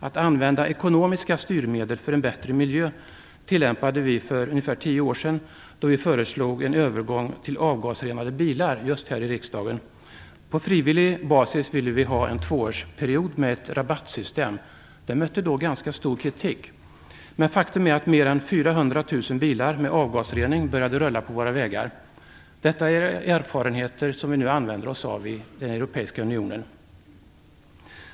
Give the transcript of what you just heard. Att använda ekonomiska styrmedel för en bättre miljö är något som vi tillämpade för ungefär tio år sedan, då vi just här i riksdagen föreslog en övergång till avgasrenade bilar. På frivillig basis ville vi ha en tvåårsperiod med ett rabattsystem. Det mötte då ganska stor kritik. Men faktum är att mer än 400 000 bilar med avgasrening började rulla på våra vägar. Det här är erfarenheter som vi nu använder oss av i den europeiska unionen.